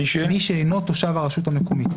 מי שאינו תושב הרשות המקומית,